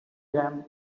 jam